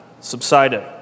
subsided